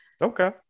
Okay